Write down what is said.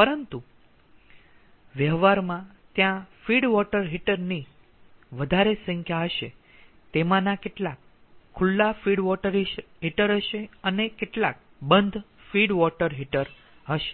પરંતુ વ્યવહારમાં ત્યાં ફીડ વોટર હીટર ની વધારે સંખ્યા હશે તેમાંના કેટલાક ખુલ્લા ફીડ વોટર હીટર હશે અને કેટલાક બંધ ફીડ વોટર હીટર હશે